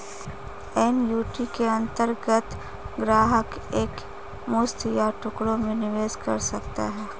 annuity के अंतर्गत ग्राहक एक मुश्त या टुकड़ों में निवेश कर सकता है